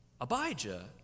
Abijah